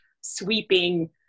sweeping